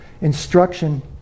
instruction